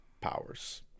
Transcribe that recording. powers